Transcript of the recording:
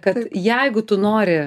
kad jeigu tu nori